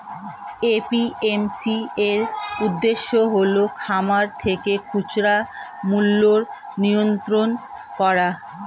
APMC এর উদ্দেশ্য হল খামার থেকে খুচরা মূল্যের নিয়ন্ত্রণ করা